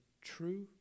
true